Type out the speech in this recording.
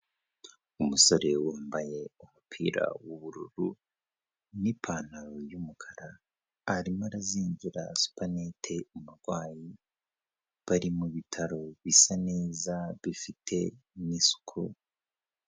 Umusore wambaye umupira w'ubururu n'ipantaro y'umukara, arimo arazingira supanete umurwayi, bari mu bitaro bisa neza, bifite n'isuku,...